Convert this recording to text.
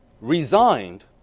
resigned